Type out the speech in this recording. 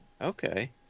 Okay